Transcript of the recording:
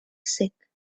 sick